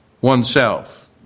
oneself